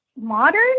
modern